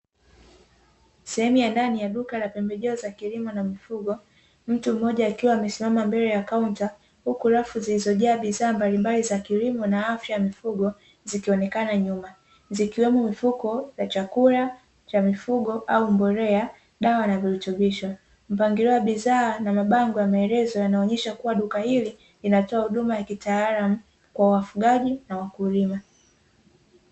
Sehemu ya ndani la duka za pembejeo za kilimo na mifugo, mtu mmoja akiwa amesimama mbele ya kaunta huku rafu zilizojaa bidhaa mbalimbali za kilimo na afya ya mifugo zikionekana nyuma. Zikiwemo mifuko ya chakula cha mifugo au mbolea dawa na virutubisho mpangilio wa bidhaa na mabango maelezo yanaonyesha duka hili linatoa huduma ya kitaalamu kwa wafugaji na wakulima.